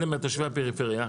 אלו מתושבי הפריפריה,